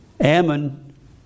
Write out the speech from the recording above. Ammon